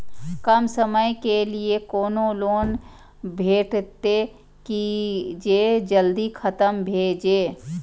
कम समय के लीये कोनो लोन भेटतै की जे जल्दी खत्म भे जे?